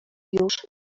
już